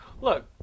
Look